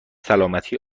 سلامتی